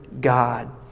God